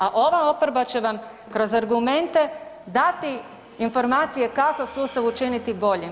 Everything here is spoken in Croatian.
A ova oporba će vam kroz argumente dati informacije kako sustav učiniti boljim.